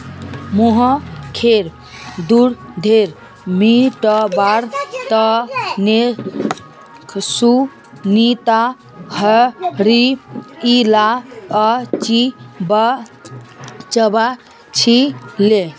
मुँहखैर दुर्गंध मिटवार तने सुनीता हरी इलायची चबा छीले